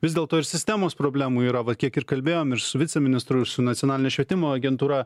vis dėlto ir sistemos problemų yra va kiek ir kalbėjom ir su viceministru ir su nacionaline švietimo agentūra